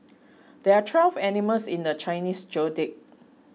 there are twelve animals in the Chinese zodiac